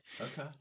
Okay